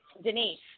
Denise